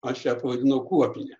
na šiuo atveju jinai kuopinė